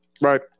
Right